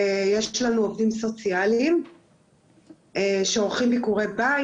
יש לנו עובדים סוציאליים שעורכים ביקורי בית.